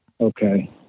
Okay